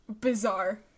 bizarre